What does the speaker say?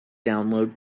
download